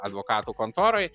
advokatų kontoroj